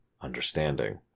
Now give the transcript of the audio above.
understanding